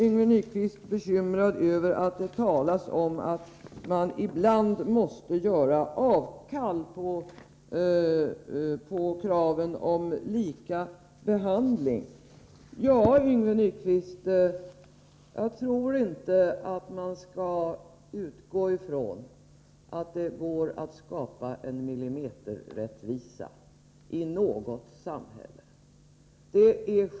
Yngve Nyquist var bekymrad över att det talas om att man ibland måste avstå från kravet på likabehandling. Ja, Yngve Nyquist, jag tror inte att man skall utgå från att det går att skapa millimeterrättvisa i något samhälle.